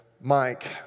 Mike